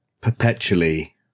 perpetually